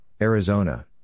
Arizona